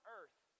earth